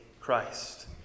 Christ